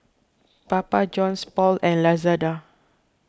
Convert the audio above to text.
Papa Johns Paul and Lazada